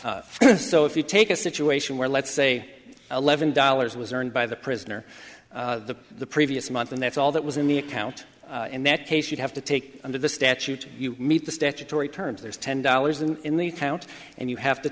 allowed so if you take a situation where let's say eleven dollars was earned by the prisoner the the previous month and that's all that was in the account in that case you'd have to take under the statute you meet the statutory terms there's ten dollars and in the count and you have to